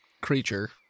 creature